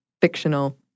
fictional